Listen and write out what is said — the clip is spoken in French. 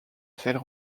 celles